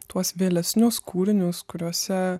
tuos vėlesnius kūrinius kuriuose